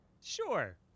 sure